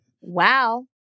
Wow